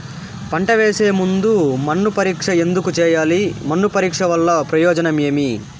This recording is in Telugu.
పంట వేసే ముందు మన్ను పరీక్ష ఎందుకు చేయాలి? మన్ను పరీక్ష వల్ల ప్రయోజనం ఏమి?